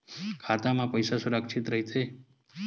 खाता मा पईसा सुरक्षित राइथे?